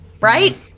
Right